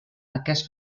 aquest